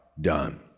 done